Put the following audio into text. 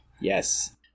yes